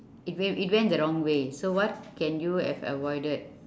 it went it went the wrong way so what can you have avoided